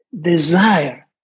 desire